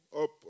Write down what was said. up